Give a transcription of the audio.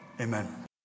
Amen